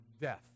death